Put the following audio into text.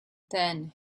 then